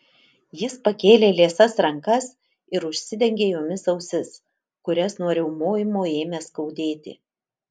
jis pakėlė liesas rankas ir užsidengė jomis ausis kurias nuo riaumojimo ėmė skaudėti